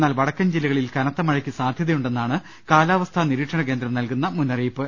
എന്നാൽ വടക്കൻ ജില്ല കളിൽ കനത്ത മഴയ്ക്ക് സാധ്യതയുണ്ടെന്നാണ് കാലാവസ്ഥാ നിരീക്ഷണ കേന്ദ്രം നൽകുന്ന മുന്നറിയിപ്പ്